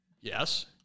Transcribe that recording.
Yes